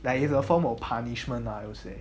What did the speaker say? like in form of punishment lah I would say